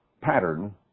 pattern